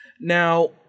Now